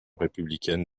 républicaine